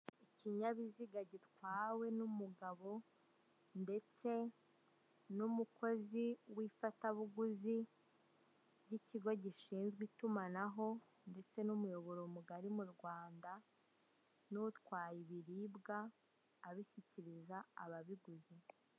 Ikinyabiziga gitwawe n'umugabo ndetse n'umukozi w'ifatabuguzi ry'ikigo gishinzwe itumanaho ndetse n'umuyoboro mugari mu Rwanda n'utwaye ibiribwa abishyikiriza ababiguze.